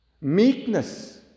meekness